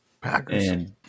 Packers